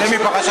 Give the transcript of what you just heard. עכשיו